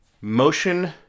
Motion